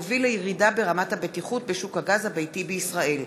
המוביל לירידה ברמת הבטיחות בשוק הגז הביתי בישראל.